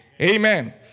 Amen